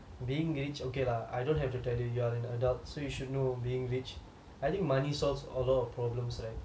being rich okay lah I don't have to tell you you are an adult so you should know being rich I think money solves a lot of problems right